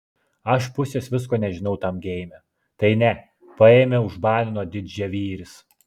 aš pusės visko nežinau tam geime tai ne paėmė užbanino didžiavyris